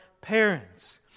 parents